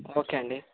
okay అండి